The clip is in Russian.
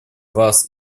вас